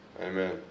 Amen